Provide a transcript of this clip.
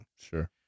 Sure